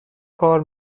کار